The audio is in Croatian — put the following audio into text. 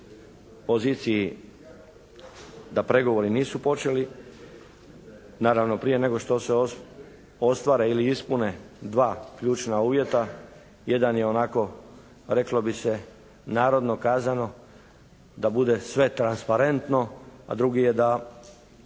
poziciji da pregovori nisu počeli. Naravno prije nego što se ostvare ili ispune dva ključna uvjeta. Jedan je onako reklo bi se narodno kazano da bude sve transparentno, a drugi je da